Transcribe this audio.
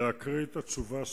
ואני בטוח שאתה תיתן לי תשובה,